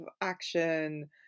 action